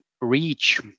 reach